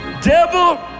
Devil